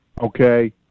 okay